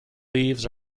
leaves